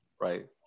right